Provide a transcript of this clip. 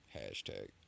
hashtag